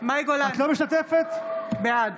בעד